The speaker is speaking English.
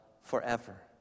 forever